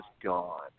gone